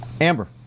Amber